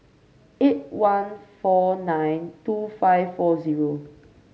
eight one four nine two five four zero